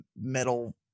metal